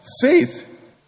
faith